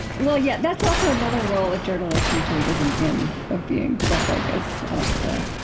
well, yeah. that's also another role a journalist usually isn't in, of being the focus of the,